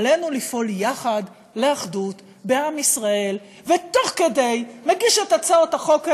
עלינו לפעול יחד לאחדות בעם ישראל" ותוך כדי נגיש את הצעות החוק האלה,